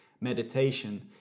meditation